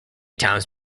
times